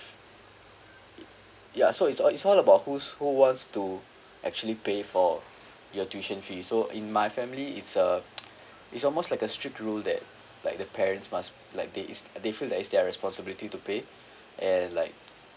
ya so it's all it's all about who's who wants to actually pay for your tuition fee so in my family it's a it's almost like a strict rule that like the parents must like they is they feel that it's their responsibility to pay and like